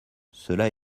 cela